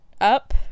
up